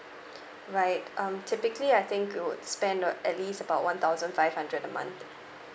right um typically I think it would spend uh at least about one thousand five hundred a month